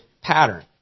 pattern